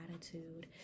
attitude